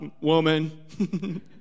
woman